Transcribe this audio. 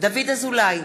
דוד אזולאי,